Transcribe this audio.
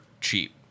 cheap